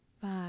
five